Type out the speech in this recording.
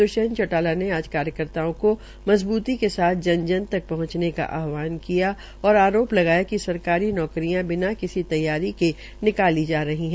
दृष्यंत चौटाला ने आज कार्यकर्ताओं को मजबूती के साथ जन जन तक पहंचने का आहवान किया और आरोप लगाया कि सरकारी नौकरियों बिना किसी तैयारी के निकाली जा रही है